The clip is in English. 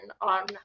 on